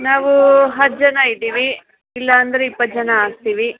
ನಾವು ಹತ್ತು ಜನ ಇದ್ದೀವಿ ಇಲ್ಲಾಂದರೆ ಇಪ್ಪತ್ತು ಜನ ಆಗ್ತೀವಿ